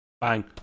bang